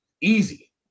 Easy